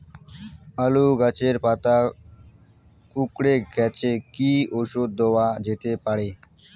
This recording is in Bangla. আলু গাছের পাতা কুকরে গেছে কি ঔষধ দেওয়া যেতে পারে?